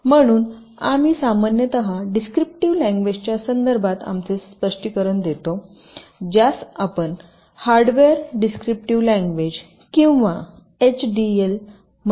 म्हणून आम्ही सामान्यत डिस्क्रिप्टिव्ह लँग्वेजच्या संदर्भात आमचे स्पष्टीकरण देतो ज्यास आपण हार्डवेअर डिस्क्रिप्टिव्ह लँग्वेज किंवा एचडीएल म्हणता